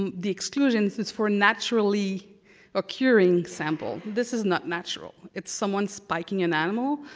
and the exclusion is is for naturally occurring sample. this is not natural. it's someone spiking an animal,